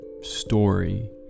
story